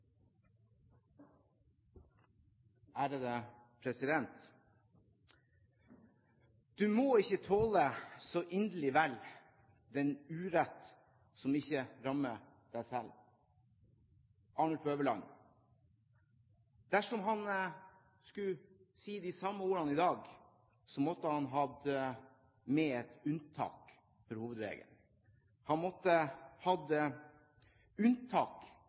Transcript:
må ikke tåle så inderlig vel den urett som ikke rammer dig selv», skrev Arnulf Øverland. Dersom han skulle ha skrevet de samme ordene i dag, måtte han ha hatt med et unntak fra hovedregelen. Han måtte hatt med et unntak